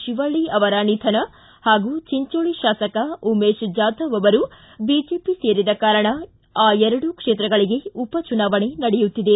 ಶಿವಳ್ಳಿ ಅವರ ನಿಧನ ಹಾಗೂ ಚಿಂಚೋಳಿ ಶಾಸಕ ಉಮೇಶ ಜಾಧವ್ ಅವರು ಬಿಜೆಪಿ ಸೇರಿದ ಕಾರಣ ಆ ಎರಡು ಕ್ಷೇತ್ರಗಳಿಗೆ ಉಪಚುನಾವಣೆ ನಡೆಯುತ್ತಿದೆ